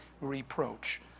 reproach